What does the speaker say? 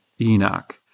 Enoch